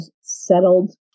settled